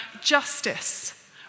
justice